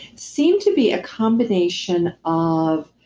seem to be a combination of